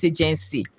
Agency